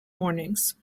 mornings